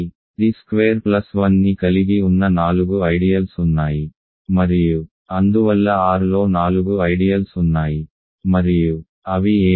కాబట్టి t square plus 1 ని కలిగి ఉన్న నాలుగు ఐడియల్స్ ఉన్నాయి మరియు అందువల్ల R లో నాలుగు ఐడియల్స్ ఉన్నాయి మరియు అవి ఏమిటి